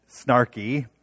snarky